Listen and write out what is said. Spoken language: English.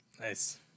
Nice